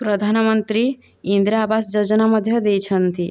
ପ୍ରଧାନମନ୍ତ୍ରୀ ଇନ୍ଦ୍ରା ଆବାସ ଯୋଜନା ମଧ୍ୟ ଦେଇଛନ୍ତି